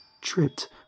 tripped